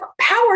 power